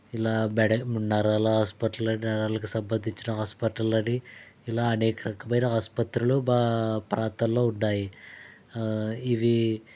ఇలా మెడ నరాల హాస్పటళ్ళు అని నరాలకు సంబంధించిన హాస్పటళ్ళు అని ఇలా అనేక రకాలైన ఆస్పత్రులు మా ప్రాంతంలో ఉన్నాయి ఇవి